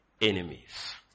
Enemies